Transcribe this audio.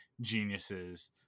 geniuses